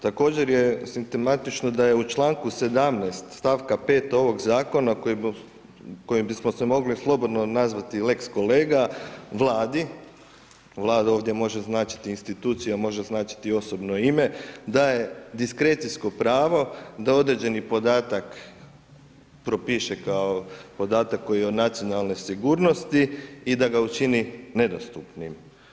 Također je simptomatično da je u članku 17. stavka 5 ovog zakona kojim bismo se mogli slobodno nazvati lex kolega, Vladi, Vlada ovdje može značiti institucija, može značiti osobno ime, daje diskrecijsko pravo, da određeni podatak, propiše kao podatak koji je u nacionalnoj sigurnosti i da ga učini nedostupnim.